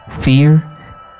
Fear